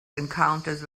encounters